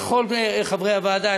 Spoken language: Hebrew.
לכל חברי הוועדה,